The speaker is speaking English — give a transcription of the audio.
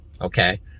Okay